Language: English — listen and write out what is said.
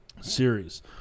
series